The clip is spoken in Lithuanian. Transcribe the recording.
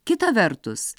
kita vertus